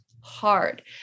hard